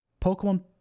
Pokemon